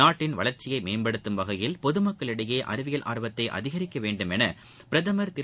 நாட்டின் வளர்ச்சியை மேம்படுத்தும் வகையில் பொது மக்களிடையே அறிவியல் ஆர்வத்தை அதிகரிக்க வேண்டுமென பிரதமர் திரு